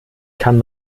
kann